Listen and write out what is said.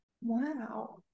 Wow